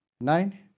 Nine